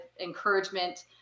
encouragement